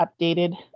updated